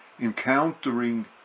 encountering